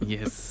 Yes